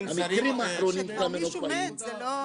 המקרים האחרונים של המנופאים --- כשמישהו כבר מת זה לא --- לא,